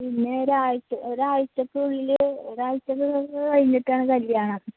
പിന്നെ ഒരാഴ്ച കഴിഞ്ഞിട്ടാണ് കല്യാണം